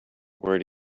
where